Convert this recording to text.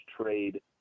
trade